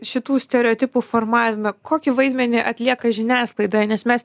šitų stereotipų formavime kokį vaidmenį atlieka žiniasklaida nes mes